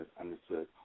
understood